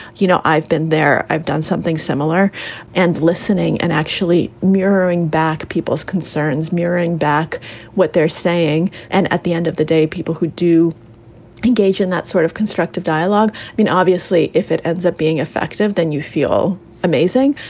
you know, i've been there, i've done something similar and listening and actually mirroring back people's concerns, mirroring back what they're saying. and at the end of the day, people who do engage in that sort of constructive dialogue, i mean, obviously, if it ends up being effective, then you feel amazing.